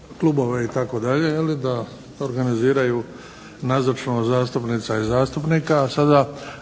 klubove itd., jel' da organiziraju nazočnost zastupnica i zastupnika